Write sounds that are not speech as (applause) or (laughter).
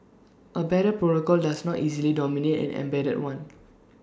A better (unintelligible) does not easily dominate an embedded one